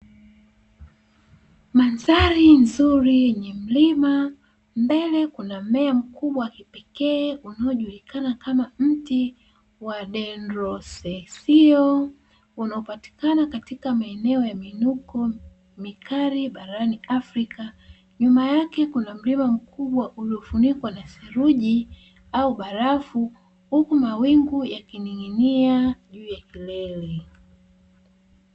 Mandhari nzuri yenye mlima mbele kuna mmea mkubwa wa kipekee unaojulikana kama mti wa "dendrosesio", unaopatikana katika maeneo ya miinoko mikali barani Afrika, nyuma yake kuna mlima mkubwa uliofunikwa na theruji au barafu huku mawingu yakining'inia juu ya kelele.